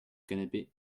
canapé